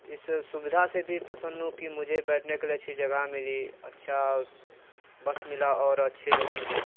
इस सुविधा से भी प्रसन्न हूँ कि मुझे बैठने के लिए अच्छी जगह मिली अच्छा बस मिला और अच्छे लोग मिले